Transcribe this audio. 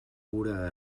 cura